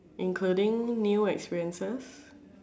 including new experiences